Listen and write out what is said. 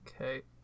Okay